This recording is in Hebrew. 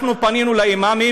אנחנו פנינו לאימאמים,